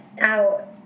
out